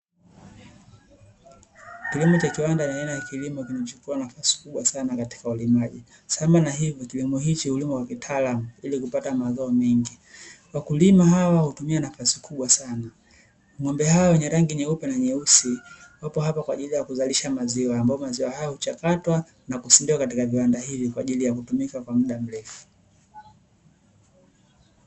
Kilimo cha kiwanda ni aina ya kilimo kinachochukua nafasi kubwa sana katika ulimaji, sambamba na hivyo kilimo hiki hulimwa kitaalamu ili kupata mazao mengi, wakulima hawa hutumia nafasi kubwa sana. Ng'ombe hawa wenye rangi nyeupe na nyeusi wapo hapa kwa ajili ya kuzalisha maziwa ambayo maziwa hayo huchakatwa na kusindikwa katika hivi kwa ajili ya kutumika kwa muda mrefu.